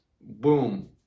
Boom